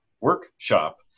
workshop